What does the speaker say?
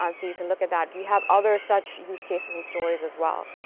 um so you can look at that. we have other such use cases and stories as well.